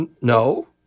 no